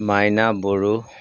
Maina Bodo